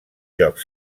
jocs